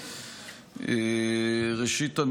ראשית,